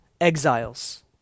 exiles